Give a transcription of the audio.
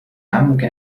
عمك